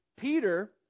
Peter